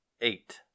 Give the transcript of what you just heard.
eight